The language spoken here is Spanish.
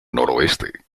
noroeste